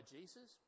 Jesus